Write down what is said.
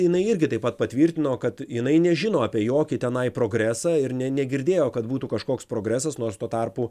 jinai irgi taip pat patvirtino kad jinai nežino apie jokį tenai progresą ir ne negirdėjo kad būtų kažkoks progresas nors tuo tarpu